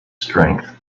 strength